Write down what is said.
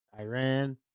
Iran